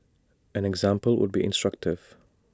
an example would be instructive